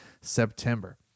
September